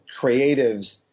creatives